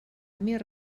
més